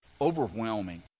overwhelming